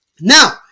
Now